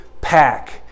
pack